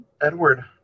Edward